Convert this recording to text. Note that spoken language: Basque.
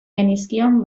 genizkion